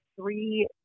three